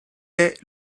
est